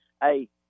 Hey